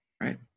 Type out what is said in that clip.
right